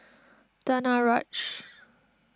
Danaraj